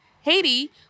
Haiti